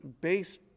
base